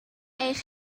eich